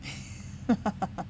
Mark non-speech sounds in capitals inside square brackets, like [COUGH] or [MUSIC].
[LAUGHS]